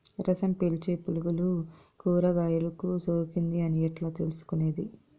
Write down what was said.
రసం పీల్చే పులుగులు కూరగాయలు కు సోకింది అని ఎట్లా తెలుసుకునేది?